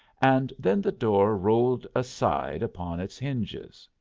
and then the door rolled aside upon its hinges.